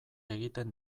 egiten